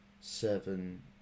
seven